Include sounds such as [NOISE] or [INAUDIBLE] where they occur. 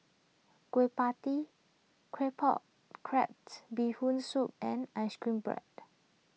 Kueh Pie Tee Claypot Crab [NOISE] Bee Hoon Soup and Ice Cream Bread